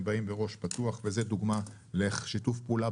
הם באים בראש פתוח וזאת דוגמה איך שיתוף פעולה